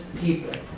people